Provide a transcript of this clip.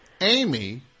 Amy